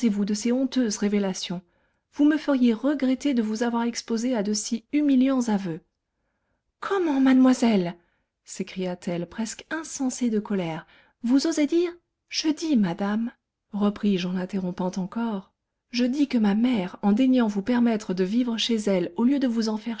de ces honteuses révélations vous me feriez regretter de vous avoir exposée à de si humiliants aveux comment mademoiselle s'écria-t-elle presque insensée de colère vous osez dire je dis madame repris-je en l'interrompant encore je dis que ma mère en daignant vous permettre de vivre chez elle au lieu de vous en